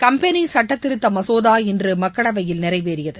company சுட்டத்திருத்த மசோதா இன்று மக்களவையில் நிறைவேறியது